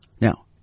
Now